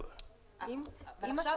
עכשיו